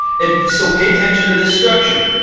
and so pay attention to this structure.